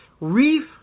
Reef